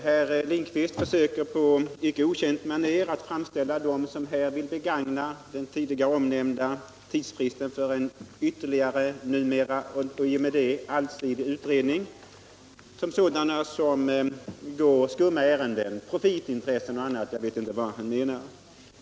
Herr Lindkvist försöker på icke okänt manér att framställa dem, som vill begagna den tidigare omnämnda tidsfristen för yuerligare, allsidig utredning, som sådana som går skumma ärenden. Han tänker väl på profitintressen osv.: jag vet inte riktigt vad han menar.